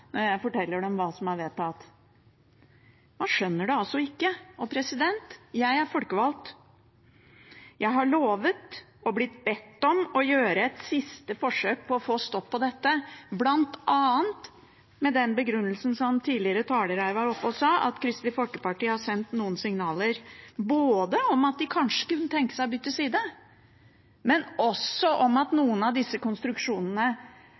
jeg forteller dem hva som er vedtatt. Man skjønner det ikke. Jeg er folkevalgt. Jeg har lovet og blitt bedt om å gjøre et siste forsøk på å få en stopp på dette, bl.a. med den begrunnelsen som tidligere talere har gitt, at Kristelig Folkeparti har sendt noen signaler om at de kanskje kunne tenke seg å bytte side, men også om at det ved noen av disse konstruksjonene